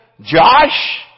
Josh